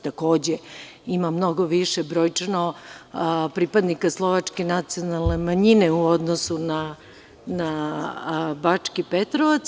Takođe, ima mnogo više brojčano pripadnika slovačke nacionalne manjine u odnosu na Bački Petrovac.